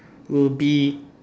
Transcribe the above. will be